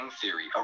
theory